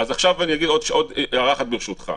אז עכשיו אני אגיד עוד הערה אחת, ברשותך.